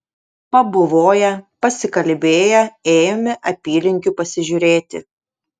pabuvoję pasikalbėję ėjome apylinkių pasižiūrėti